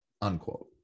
unquote